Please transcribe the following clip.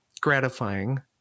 gratifying